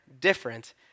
different